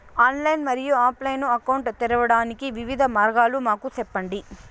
Online మరియు offline account తెరవడానికి వివిధ మార్గాలు మాకు సెప్పండి?